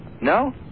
no